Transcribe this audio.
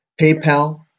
PayPal